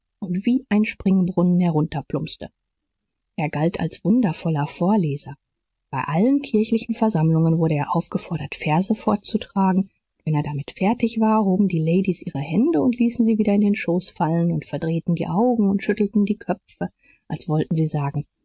und wie ein springbrunnen herunterplumpste er galt als wundervoller vorleser bei allen kirchlichen versammlungen wurde er aufgefordert verse vorzutragen und wenn er damit fertig war hoben die ladies ihre hände und ließen sie wieder in den schoß fallen und verdrehten die augen und schüttelten die köpfe als wollten sie sagen